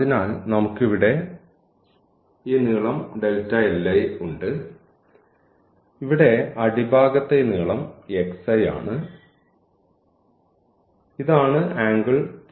അതിനാൽ നമുക്ക് ഇവിടെ ഈ നീളം ഉണ്ട് ഇവിടെ അടി ഭാഗത്തെ ഈ നീളം xi ആണ് ഇതാണ് ആംഗിൾ θ